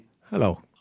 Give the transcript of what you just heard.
Hello